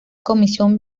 comisión